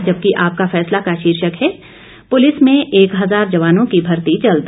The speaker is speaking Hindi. जबकि आपका फैसला का शीर्षक है पुलिस में एक हजार जवानों की भर्ती जल्द